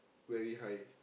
very high